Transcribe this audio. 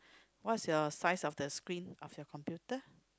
what's your size of the screen of your computer